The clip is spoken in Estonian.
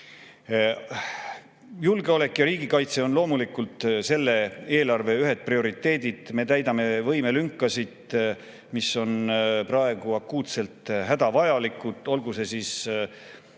Julgeolek ja riigikaitse on loomulikult selle eelarve ühed prioriteedid. Me täidame võimelünkasid, mis on praegu akuutselt hädavajalik, olgu see siis